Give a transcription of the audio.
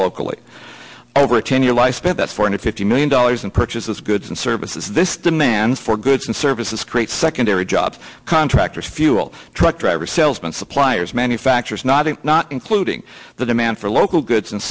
locally over a ten year lifespan that's four hundred fifty million dollars in purchases goods and services this demand for goods and services creates secondary jobs contractors fuel truck driver salesman suppliers manufacturers not in not including the demand for local goods and